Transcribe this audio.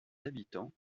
habitants